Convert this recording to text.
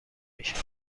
میشود